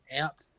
out